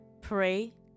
pray